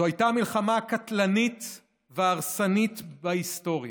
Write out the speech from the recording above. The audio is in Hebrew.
זו הייתה המלחמה הקטלנית וההרסנית בהיסטוריה,